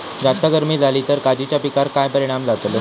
जास्त गर्मी जाली तर काजीच्या पीकार काय परिणाम जतालो?